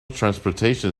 transportation